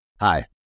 Hi